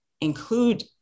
include